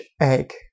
egg